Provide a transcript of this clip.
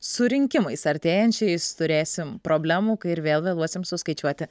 su rinkimais artėjančiais turėsim problemų kai ir vėl vėluosim suskaičiuoti